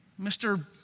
Mr